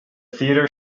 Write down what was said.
theater